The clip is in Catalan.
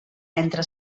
entre